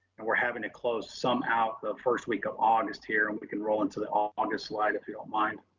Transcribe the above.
and we're having to close some out the first week of august here, and we can roll into the ah august slide if you don't mind,